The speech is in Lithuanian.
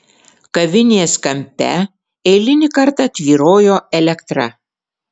kavinės kampe eilinį kartą tvyrojo elektra